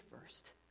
first